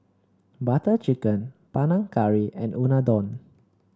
Butter Chicken Panang Curry and Unadon